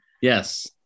Yes